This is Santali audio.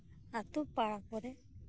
ᱟᱹᱛᱩ ᱯᱟᱲᱟ ᱠᱚᱨᱮ